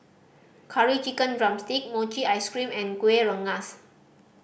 Curry Chicken drumstick mochi ice cream and Kueh Rengas